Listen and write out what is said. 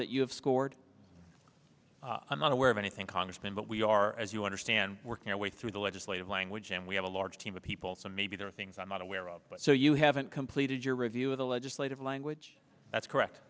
that you have scored i'm not aware of anything congressman but we are as you understand working our way through the legislative language and we have a large team of people so maybe there are things i'm not aware of but so you haven't completed your review of the legislative language that's correct